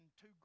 two